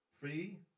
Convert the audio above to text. free